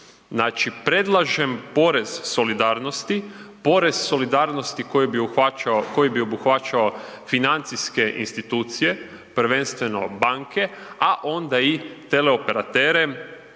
Znači predlažem porez solidarnosti, porez solidarnosti koji bi obuhvaćao financijske institucije, prvenstveno banke, a onda i teleoperatere